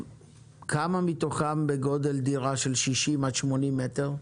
כמה מתוכם בגודל דירה של 60 עד 80 מ"ר?